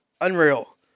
unreal